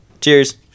cheers